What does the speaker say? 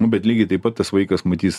nu bet lygiai taip pat tas vaikas matys